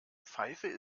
pfeife